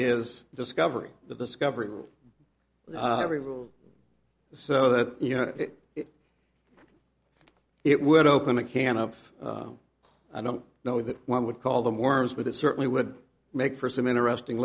is discovery the discovery every rule so that you know if it would open a can of i don't know that one would call them worms but it certainly would make for some interesting